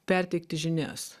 perteikti žinias